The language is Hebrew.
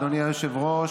אדוני היושב-ראש,